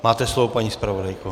Máte slovo, paní zpravodajko.